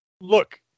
Look